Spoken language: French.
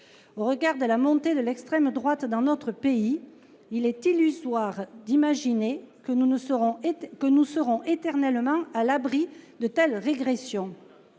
Au regard de la montée de l’extrême droite dans notre pays, il est illusoire d’imaginer que nous serons éternellement à l’abri de telles régressions.